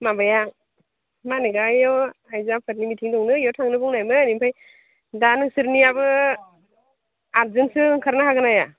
माबाया मानेग आ इयाव आइजोफोरनि मिटिं दंनो इयाव थांनो बुंनायमोन ओमफ्राय दा नोंसोरनियाबो आठजोनसो ओनखारनो हागोनना हाया